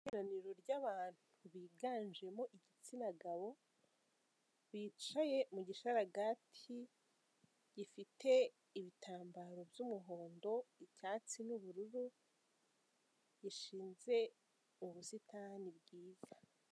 Ikoraniro ry'abantu biganjemo igitsina gabo bicaye mu gisharagati gifite ibitambaro by'umuhondo, icyatsi, n'ubururu ishinze ubusitani bwiza.